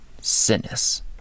Sinus